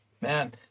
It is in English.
man